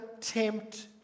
tempt